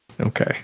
Okay